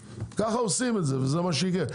כך עושים את זה וזה מה שיהיה.